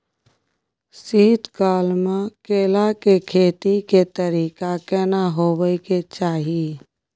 शीत काल म केला के खेती के तरीका केना होबय के चाही?